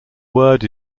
word